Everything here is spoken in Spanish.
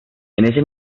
ese